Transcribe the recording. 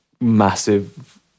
massive